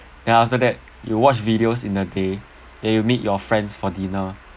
then after that you watch videos in a day then you meet your friends for dinner